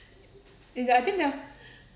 I think